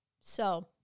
So-